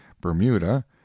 bermuda